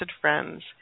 friends